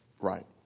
Right